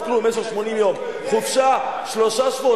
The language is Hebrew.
של תלונה במידה שיש לכך חשיבות ציבורית,